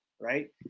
right